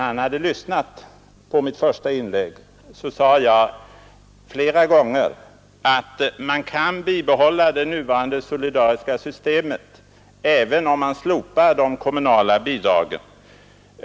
I mitt första inlägg sade jag flera gånger att man kan bibehålla det nuvarande solidariska systemet även om man slopar de kommunala bidragen.